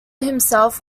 himself